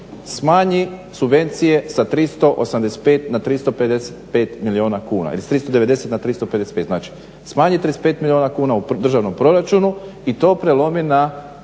smanji subvencije sa 385 na 355 milijuna kuna ili sa 390 na 355. Znači, smanji 35 milijuna kuna u državnom proračunu i to prelomi na